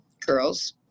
girls